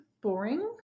boring